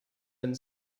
and